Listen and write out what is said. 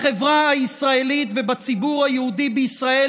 בחברה הישראלית ובציבור היהודי בישראל